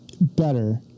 better